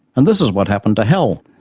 and this is what happened to hell.